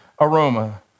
aroma